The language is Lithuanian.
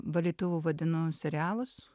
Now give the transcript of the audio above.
valytuvų vadinu serialus